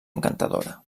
encantadora